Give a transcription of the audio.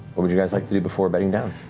what would you guys like to do before bedding down?